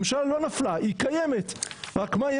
הממשלה לא נפלה, היא קיימת, רק מה?